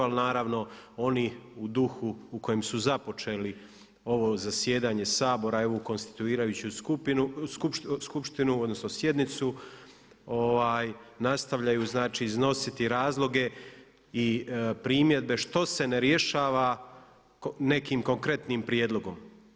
Ali naravno oni u duhu u kojem su započeli ovo zasjedanje Sabora i ovu konstituirajuću skupštinu, odnosno sjednicu nastavljaju znači iznositi razloge i primjedbe što se ne rješava nekim konkretnim prijedlogom.